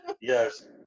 Yes